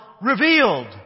revealed